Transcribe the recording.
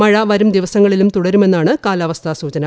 മഴ വരുംദിവസങ്ങളിലും തുടരുമെന്നാണ് കാലാവസ്ഥാ സൂചന